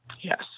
Yes